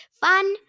Fun